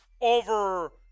over